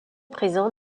présent